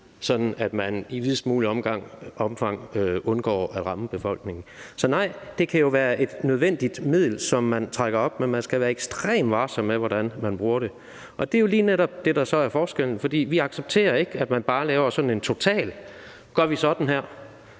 sådan at man i videst muligt omfang undgår at ramme befolkningen. Så nej, det kan jo være et nødvendigt middel, som man trækker op, men man skal være ekstremt varsom med, hvordan man bruger det. Det er jo lige netop det, der så er forskellen, for vi accepterer ikke, at man bare laver sådan noget totalitært, som at